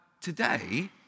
today